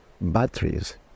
batteries